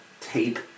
tape